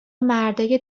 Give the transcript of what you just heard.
مردای